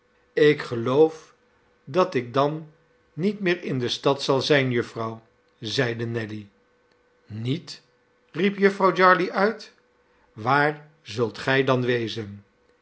ik geloof dat ik dan niet meer in de stad zal zijn jufvrouw zeide nelly niet riep jufvrouw jarley uit waar zult gij dan wezen